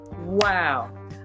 wow